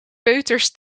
peuters